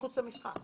מחוץ למשחק.